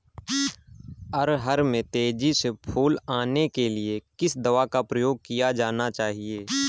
अरहर में तेजी से फूल आने के लिए किस दवा का प्रयोग किया जाना चाहिए?